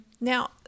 Now